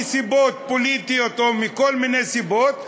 מסיבות פוליטיות או מכל מיני סיבות,